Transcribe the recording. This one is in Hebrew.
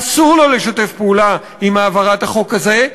אסור לו לשתף פעולה עם העברת החוק הזה,